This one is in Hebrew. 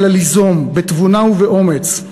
אלא ליזום בתבונה ובאומץ,